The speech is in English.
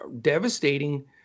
devastating